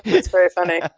that's very funny.